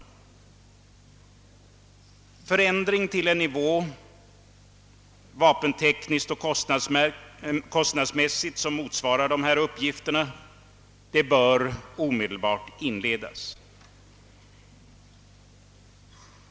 En förändring till en vapenteknisk och kostnadsmässig nivå som motsvarar dessa uppgifter bör omedelbart inledas.